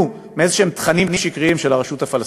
מאיזשהם תכנים שקריים של הרשות הפלסטינית.